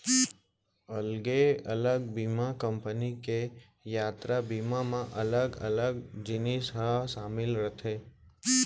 अलगे अलग बीमा कंपनी के यातरा बीमा म अलग अलग जिनिस ह सामिल रथे